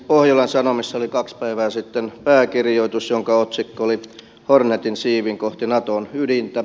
pohjolan sanomissa oli kaksi päivää sitten pääkirjoitus jonka otsikko oli hornetin siivin kohti naton ydintä